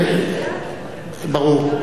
אמר, אין פה בכלל ספק.